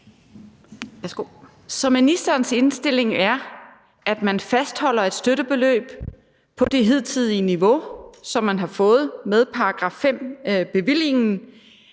ministerens indstilling er, at man fastholder et støttebeløb på det hidtidige niveau, som man har fået med § 5-bevillingen